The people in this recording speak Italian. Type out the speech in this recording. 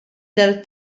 del